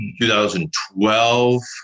2012